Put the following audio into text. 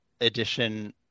edition